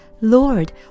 Lord